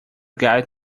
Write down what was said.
guide